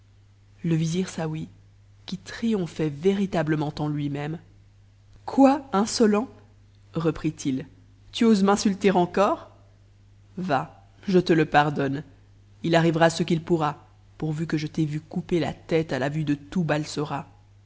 le vizir saouy qui triomphait véritablement en lui-même quoi insolent reprit-il tu oses m'insulter encore va je te le pardonne il arrivera ce qu'il pourra pourvu que je t'aie vu couper le cou i la vue de tout